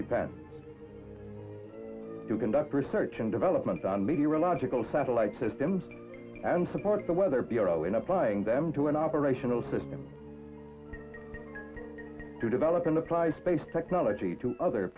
depend to conduct research and development on media or logical satellite systems and support the weather bureau in applying them to an operational system to develop and apply space technology to other